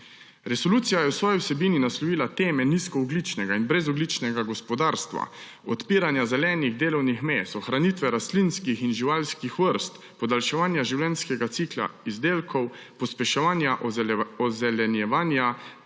Resolucija je v svoji vsebini naslovila teme nizkoogljičnega in brezogljičnega gospodarstva, odpiranja zelenih delovnih mest, ohranitve rastlinskih in živalskih vrst, podaljševanje življenjskega cikla izdelkov, pospeševanja ozelenjevanja